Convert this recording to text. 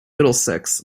middlesex